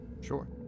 Sure